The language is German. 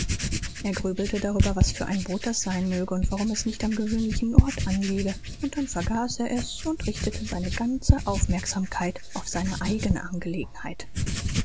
er grübelte darüber was für ein boot das sein möge und warum es nicht am gewöhnlichen ort anlege und dann vergaß er es und richtete seine ganze aufmerksamkeit auf seine eigene angelegenheit